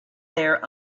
there